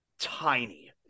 tiny